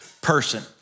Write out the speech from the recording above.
person